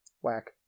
Whack